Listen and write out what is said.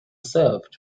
served